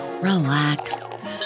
relax